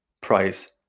price